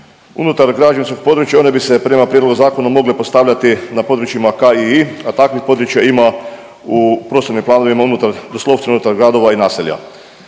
Unutar građevinskog područja one bi se prema prijedlogu zakona mogle postavljati na područjima …/Govornik se ne razumije/…, a takvih područja ima u prostornim planovima unutar, doslovce unutar gradova i naselja